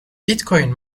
bitcoin